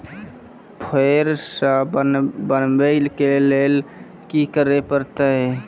फेर सॅ बनबै के लेल की करे परतै?